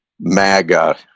maga